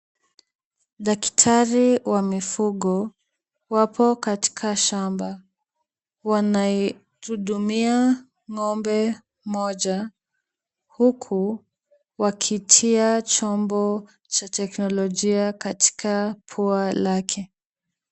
Daktari wa mifugo wapo katika shamba. Wanai hudumia ng'ombe mmoja huku wakitia chombo cha teknolojia katika pua yake.